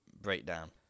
breakdown